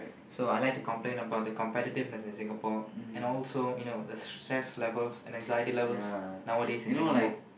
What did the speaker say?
so I like to complain about the competitiveness in Singapore and also you know the stress levels and anxiety levels nowadays in Singapore